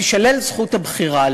תישלל זכות הבחירה,